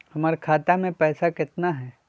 हमर खाता मे पैसा केतना है?